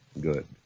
Good